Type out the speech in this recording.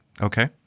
Okay